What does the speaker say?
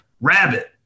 rabbit